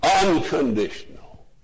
unconditional